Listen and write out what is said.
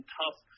tough